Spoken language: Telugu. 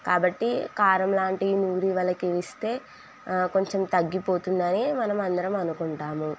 కాబట్టి కారం లాంటివి నూరి వాళ్ళకు ఇస్తే కొంచెం తగ్గిపోతుందని మనం అందరం అనుకుంటాము